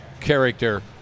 character